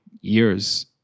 years